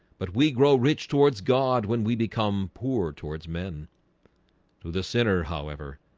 but we grow rich towards god when we become poor towards men through the sinner however,